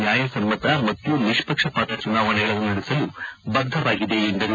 ನ್ಯಾಯಸಮ್ನತ ಮತ್ತು ನಿಪ್ಪಕ್ಷಪಾತ ಚುನಾವಣೆಗಳನ್ನು ನಡೆಸಲು ಬದ್ದವಾಗಿದೆ ಎಂದರು